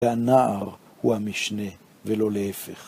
כי הנער הוא המשנה, ולא להפך.